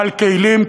בעל תהילים,